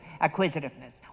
acquisitiveness